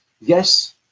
Yes